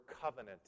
covenant